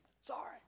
Sorry